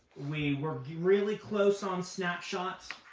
we were really close on snapshots,